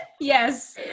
Yes